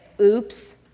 oops